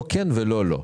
לא כן ולא לא.